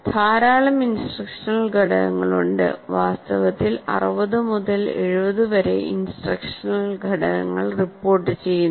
ധാരാളം ഇൻസ്ട്രക്ഷണൽ ഘടകങ്ങളുണ്ട് വാസ്തവത്തിൽ 60 മുതൽ 70 വരെ ഇൻസ്ട്രക്ഷണൽ ഘടകങ്ങൾ റിപ്പോർട്ടുചെയ്യുന്നു